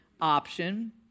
option